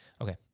Okay